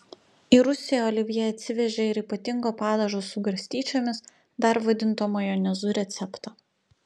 į rusiją olivjė atsivežė ir ypatingo padažo su garstyčiomis dar vadinto majonezu receptą